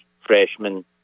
freshman